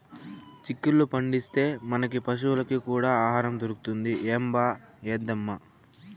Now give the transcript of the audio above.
చిక్కుళ్ళు పండిస్తే, మనకీ పశులకీ కూడా ఆహారం దొరుకుతది ఏంబా ఏద్దామా